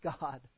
God